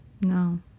no